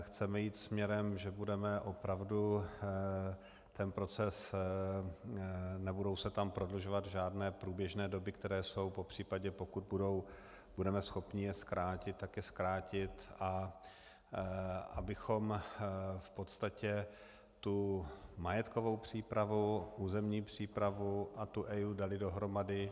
Chceme jít směrem, že budeme opravdu ten proces nebudou se tam prodlužovat žádné průběžné doby, které jsou, popř. pokud budou a budeme schopni je zkrátit, tak je zkrátit, abychom v podstatě tu majetkovou přípravu, územní přípravu a tu EIA dali dohromady.